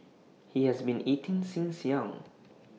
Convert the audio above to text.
he has been eating since young